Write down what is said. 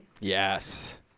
Yes